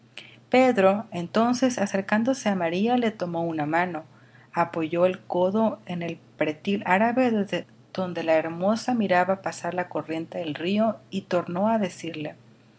pero entonces acercándose á maría le tomó una mano apoyó el codo en el pretil árabe desde donde la hermosa miraba pasar la corriente del río y tornó á decirle